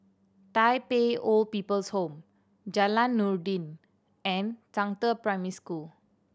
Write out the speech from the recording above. Tai Pei Old People's Home Jalan Noordin and Zhangde Primary School